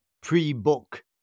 pre-book